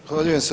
Zahvaljujem se.